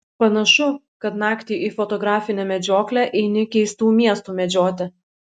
panašu kad naktį į fotografinę medžioklę eini keistų miestų medžioti